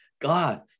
God